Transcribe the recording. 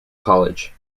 college